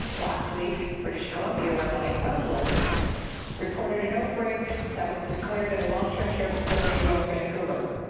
last week, british columbia where my son lives reported an outbreak that was declared at a long-term care facility in north vancouver.